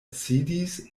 sidis